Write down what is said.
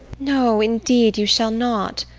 no, indeed, you shall not.